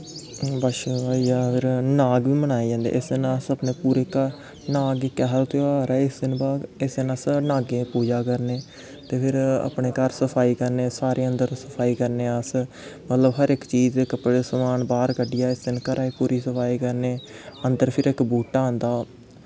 बच्छदुआ होई गेआ नाग बी मनाए जंदे इस दिन अस नाग इक ऐसै तेहार ऐ इस दिन अस नागें दी पूज़ा करने ते फिर अपने घर सफाई करने सारे अन्दर सफाई करने अस मतलब हर इक समान कपड़े बाह्र कड्ढियै इस दिन घरा दी पूरी सफाई करने अंदर फिर इक बूह्टा होंदा